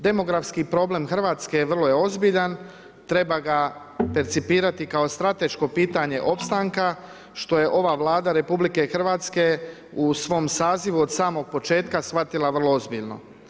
Demografski problem Hrvatske vrlo je ozbiljan, treba ga percipirati kao strateško pitanje opstanka, što je ova Vlada RH u svom sazivu od samog početka shvatila vrlo ozbiljno.